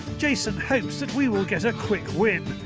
jason hopes that we will get a quick win,